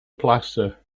plaza